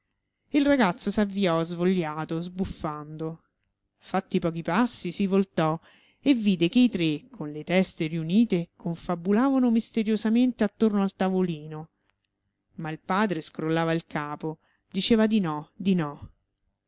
il ragazzo s'avviò svogliato sbuffando fatti pochi passi si voltò e vide che i tre con le teste riunite confabulavano misteriosamente attorno al tavolino ma il padre scrollava il capo diceva di no di no